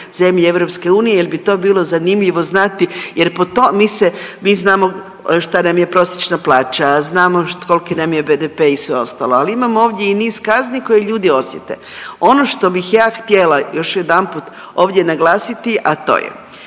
zemlje EU jel bi to bilo zanimljivo znati jer po to, mi se, mi znamo šta nam je prosječna plaća, a znamo kolki nam je BDP i sve ostalo, ali imamo ovdje i niz kazni koje ljudi osjete. Ono što bih ja htjela još jedanput ovdje naglasiti, a to je,